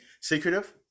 secretive